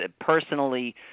personally